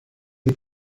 mit